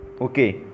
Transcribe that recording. okay